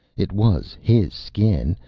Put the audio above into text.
it was his skin,